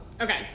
Okay